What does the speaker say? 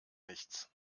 nichts